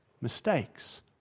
mistakes